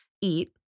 eat